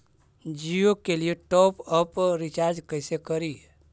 जियो के लिए top up recharge कैसे करी?